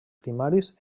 primaris